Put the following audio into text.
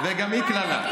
וגם היא קללה.